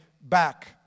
back